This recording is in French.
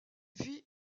vit